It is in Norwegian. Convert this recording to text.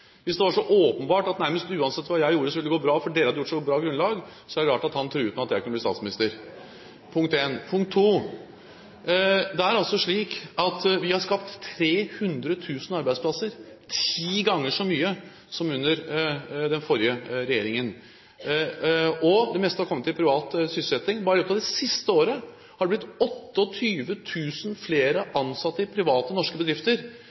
Hvis det var så åpenbart at nærmest uansett hva jeg gjorde, ville det gå bra – for dere hadde lagt et så bra grunnlag – er det rart at han truet med at jeg kunne bli statsminister. Dette var punkt 1. Punkt 2: Vi har skapt 300 000 arbeidsplasser – ti ganger så mange som under den forrige regjeringen. Det meste er privat sysselsetting. Bare i løpet av det siste året har det blitt 28 000 flere ansatte i private norske bedrifter.